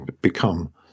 become